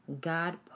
God